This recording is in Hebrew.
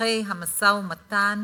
בנבכי המשא-ומתן